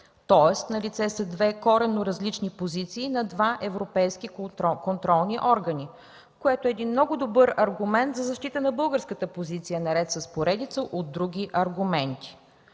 Тоест налице са две коренно различни позиции на два европейски контролни органа, което е много добър аргумент за защита на българската позиция наред с поредица от други аргументи.